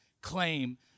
claim